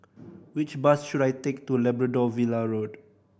which bus should I take to Labrador Villa Road